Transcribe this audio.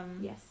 yes